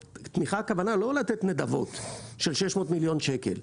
הכוונה בתמיכה היא לא לתת נדבות של 600 מיליון שקל,